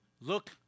look